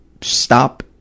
stop